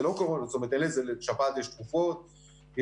לשפעת יש תרופות,